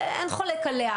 אין חולק עליה